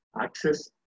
access